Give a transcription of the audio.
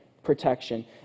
Protection